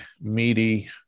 meaty